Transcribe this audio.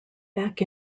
back